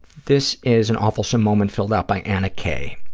this is an awfulsome moment filled out by anna k.